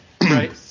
right